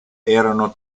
erano